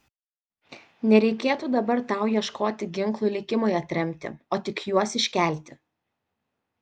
nereikėtų dabar tau ieškoti ginklų likimui atremti o tik juos iškelti